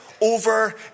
over